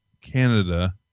Canada